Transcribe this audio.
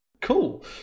cool